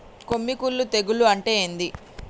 కొమ్మి కుల్లు తెగులు అంటే ఏంది?